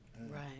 Right